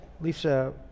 Lisa